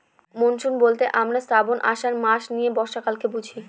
monsoon বলতে আমরা শ্রাবন, আষাঢ় মাস নিয়ে বর্ষাকালকে বুঝি